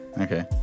Okay